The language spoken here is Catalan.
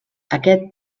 aquest